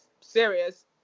serious